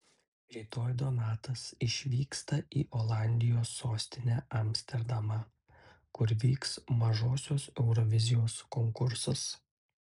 rytoj donatas išvyksta į olandijos sostinę amsterdamą kur vyks mažosios eurovizijos konkursas